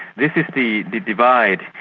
this is the divide.